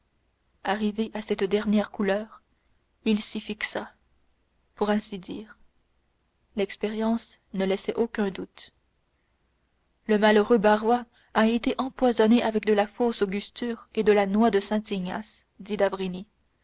arrivé à cette dernière couleur il s'y fixa pour ainsi dire l'expérience ne laissait aucun doute le malheureux barrois a été empoisonné avec de la fausse angusture et de la noix de saint ignace